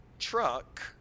truck